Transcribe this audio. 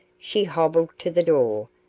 she hobbled to the door,